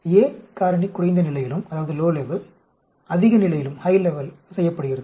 a காரணி குறைந்த நிலையிலும் அதிக நிலையிலும் செய்யப்படுகிறது